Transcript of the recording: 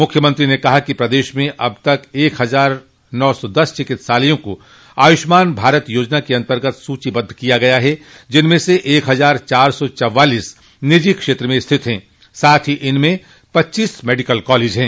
मुख्यमंत्री ने कहा कि प्रदेश में अब तक एक हजार नौ सौ दस चिकित्सालयों को आयुष्मान भारत योजना के अन्तर्गत सूचीबद्ध किया गया है जिनमें से एक हजार चार सौ चौवालीस निजी क्षत्र के हैं साथ ही इनमें पच्चीस मेडिकल कॉलेज है